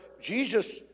Jesus